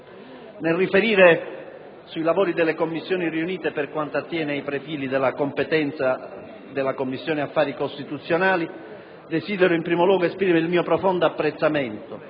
Nel riferire sui lavori delle Commissioni riunite e, specificamente, sui profili di competenza della Commissione affari costituzionali, desidero in primo luogo esprimere il mio profondo apprezzamento